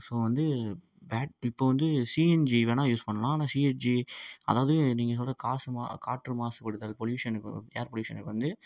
so வந்து bad இப்போது வந்து சிஎன்ஜி வேணால் யூஸ் பண்ணலாம் ஆனால் சிஎன்ஜி அதாவது நீங்கள் சொல்கிற காசு மா காற்று மாசுப்படுத்தல் பொல்யூஷனுக்கு ஏர் பொல்யூஷனுக்கு வந்து